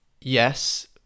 yes